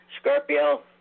Scorpio